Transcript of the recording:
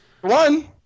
one